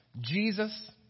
Jesus